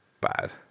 bad